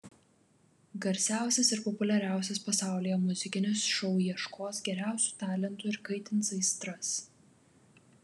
garsiausias ir populiariausias pasaulyje muzikinis šou ieškos geriausių talentų ir kaitins aistras